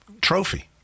trophy